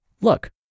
look